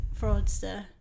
Fraudster